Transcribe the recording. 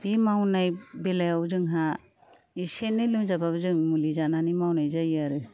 बे मावनाय बेलायाव जोंहा एसे एनै लोमजाबाबो जों मुलि जानानै मावनाय जायो आरो